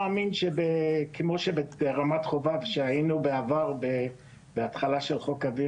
כמו שברמת חובב היינו בהתחלה של חוק אוויר